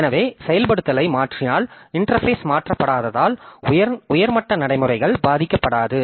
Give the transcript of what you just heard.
எனவே செயல்படுத்தலை மாற்றினால் இன்டெர்பேஸ் மாற்றப்படாததால் உயர் மட்ட நடைமுறைகள் பாதிக்கப்படாது